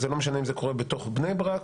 וזה לא משנה אם זה קורה בתוך בני ברק,